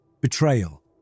Betrayal